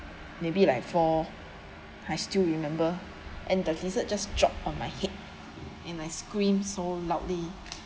maybe like four I still remember and the lizard just dropped on my head and I screamed so loudly